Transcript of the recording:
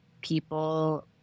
people